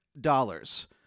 dollars